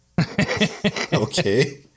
Okay